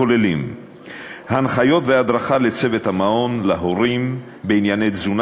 הכוללים הנחיות והדרכה לצוות המעון ולהורים בענייני תזונה